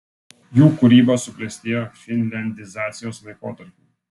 jų kūryba suklestėjo finliandizacijos laikotarpiu